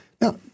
Now